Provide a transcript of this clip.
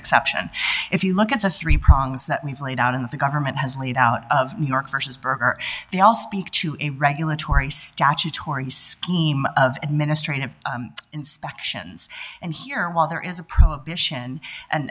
exception if you look at the three prongs that we've laid out in that the government has laid out new york versus burger they all speak to a regulatory statutory scheme of administrative inspections and here while there is a prohibition